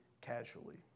casually